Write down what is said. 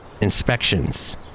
inspections